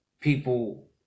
people